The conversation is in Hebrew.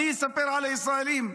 אני אספר על הישראלים.